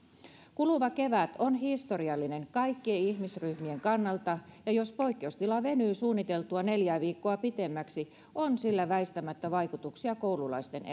kuluva kevät on historiallinen kaikkien ihmisryhmien kannalta ja jos poikkeustila venyy suunniteltua neljää viikkoa pitemmäksi on sillä väistämättä vaikutuksia koululaisten